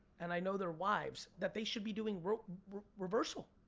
and i know their wives that they should be doing reversal,